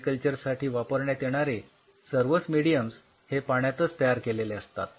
sale culture साठी वापरण्यात येणारे सर्वच मेडियम्स हे पाण्यातच तयार केलेले असतात